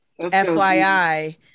FYI